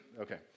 Okay